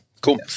Cool